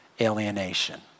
alienation